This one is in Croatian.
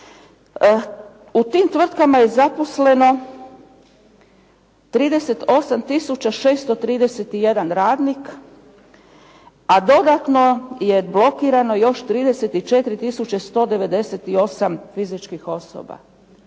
U tim tvrtkama je zaposleno 38 tisuća 631 radnik, a dodatno je blokirano još 34 tisuće 198 fizičkih osoba.